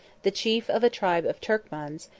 the chief of a tribe of turkmans,